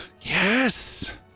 Yes